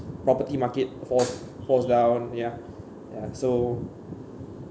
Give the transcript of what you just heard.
property market falls falls down ya ya so